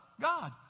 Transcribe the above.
God